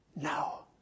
now